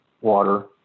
water